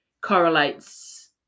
correlates